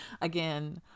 Again